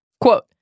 Quote